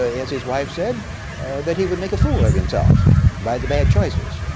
ah as his wife said that he would make a fool of himself by the bad choices,